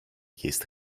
kissed